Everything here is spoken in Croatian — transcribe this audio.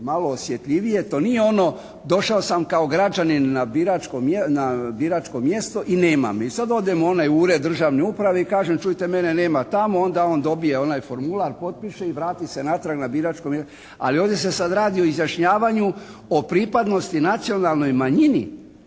malo osjetljivije. To nije ono, došao sam kao građanin na biračko mjesto i nema me. I sad odem u onaj Ured državne uprave i kažem: Čujte mene nema tamo. Onda on dobije onaj formular, potpiše i vrati se natrag na biračko mjesto. Ali ovdje se sad radi o izjašnjavanju o pripadnosti nacionalnoj manjini.